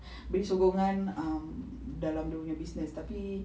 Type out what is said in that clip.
beri sokongan um dalam dia punya business tapi